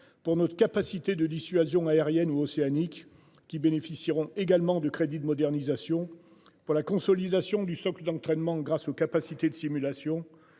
pour notre capacité de dissuasion, aérienne ou océanique qui bénéficieront également de crédits de modernisation pour la consolidation du socle d'entraînement grâce. Nos capacités de simulation.